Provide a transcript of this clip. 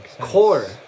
core